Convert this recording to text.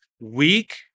weak